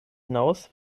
hinaus